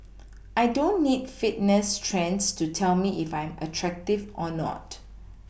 I don't need Fitness trends to tell me if I am attractive or not